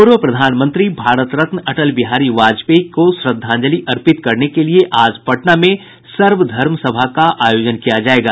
पूर्व प्रधानमंत्री भारत रत्न अटल बिहारी वाजपेयी को श्रद्धांजलि अर्पित करने के लिये आज पटना में सर्व धर्म सभा का आयोजन किया जायेगा